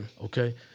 Okay